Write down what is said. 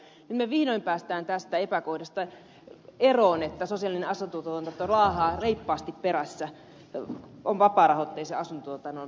nyt me vihdoin pääsemme tästä epäkohdasta eroon että sosiaalinen asuntotuotanto laahaa reippaasti vapaarahoitteisen asuntotuotannon perässä